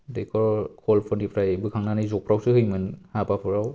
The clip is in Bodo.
दैखर खलफोरनिफ्राय बोखांनानै जगफोरावसो होयोमोन हाबाफोराव